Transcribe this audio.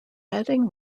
adding